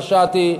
פשעתי,